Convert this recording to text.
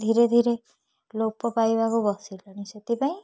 ଧୀରେ ଧୀରେ ଲୋପ ପାଇବାକୁ ବସିଲେଣି ସେଥିପାଇଁ